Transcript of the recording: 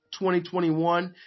2021